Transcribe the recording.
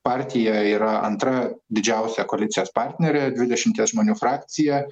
partija yra antra didžiausia koalicijos partnerė dvidešimties žmonių frakcija